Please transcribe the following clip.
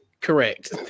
Correct